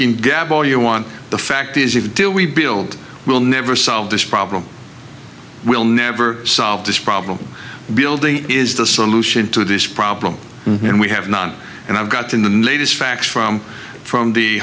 can gab all you want the fact is if a deal we build will never solve this problem will never solve this problem building is the solution to this problem and we have not and i've gotten the latest facts from from the